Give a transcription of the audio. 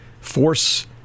force